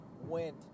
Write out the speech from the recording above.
went